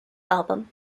album